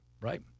Right